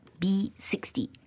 b60